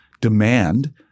demand